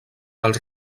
els